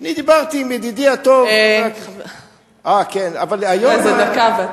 אני דיברתי עם ידידי הטוב זה דקה ואתה,